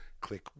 Click